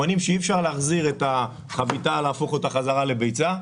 שאי אפשר להחזיר את החביתה ולהפוך אותה לביצה.